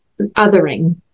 othering